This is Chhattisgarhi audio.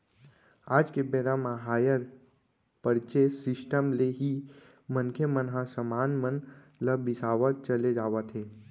आज के बेरा म हायर परचेंस सिस्टम ले ही मनखे मन ह समान मन ल बिसावत चले जावत हे